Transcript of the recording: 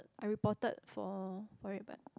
I reported for for it but